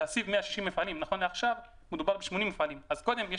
נכון שזה